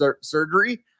surgery